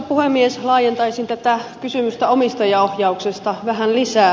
laajentaisin tätä kysymystä omistajaohjauksesta vähän lisää